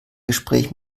gespräch